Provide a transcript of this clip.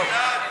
אז יהיה.